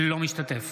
אינו משתתף